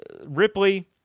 Ripley